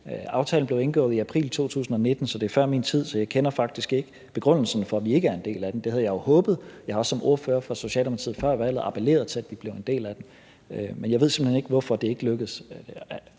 Aftalen blev indgået i april 2019, så det er før min tid, så jeg kender faktisk ikke begrundelsen for, at vi ikke er en del af den. Det havde jeg jo håbet, og jeg har også som ordfører for Socialdemokratiet før valget appelleret til, at vi blev en del af den, men jeg ved simpelt hen ikke, hvorfor det ikke lykkedes